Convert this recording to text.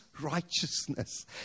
righteousness